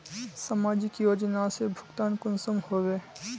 समाजिक योजना से भुगतान कुंसम होबे?